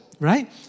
Right